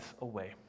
away